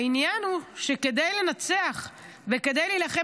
העניין הוא שכדי לנצח וכדי להילחם